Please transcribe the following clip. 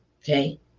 Okay